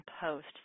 Post